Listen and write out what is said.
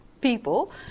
people